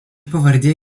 pavardė